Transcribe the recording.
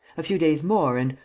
a few days more and,